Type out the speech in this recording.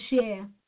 share